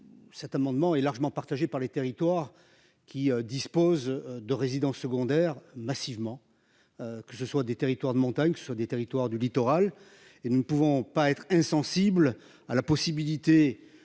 Cet amendement est largement partagée par les territoires qui dispose de résidences secondaires massivement. Que ce soit des territoires de montagne sur des territoires du littoral et nous ne pouvons pas être insensible à la possibilité